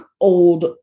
old